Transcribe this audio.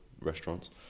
restaurants